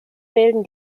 bilden